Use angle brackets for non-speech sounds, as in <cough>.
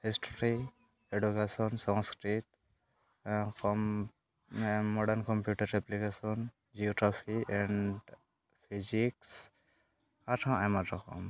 history education Sanskrit <unintelligible> modern computer application geography and physics ᱟᱨᱦᱚᱸ ᱟᱭᱢᱟ ᱨᱚᱠᱚᱢ